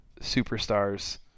superstars